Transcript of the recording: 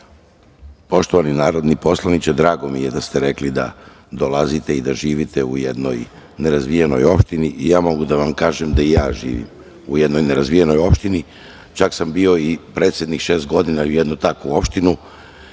poštovani narodni poslaniče, drago mi je što ste rekli da dolazite i da živite u jednoj nerazvijenoj opštini. Mogu da vam kažem da i ja živim u jednoj nerazvijenoj opštini, čak sam bio i predsednik šest godina u jednoj takvoj opštini